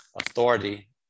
authority